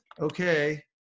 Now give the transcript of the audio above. Okay